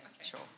sure